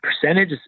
percentage